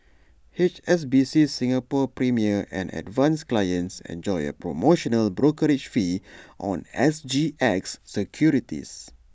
H S B C Singapore's premier and advance clients enjoy A promotional brokerage fee on S G X securities